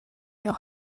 your